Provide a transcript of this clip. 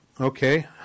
Okay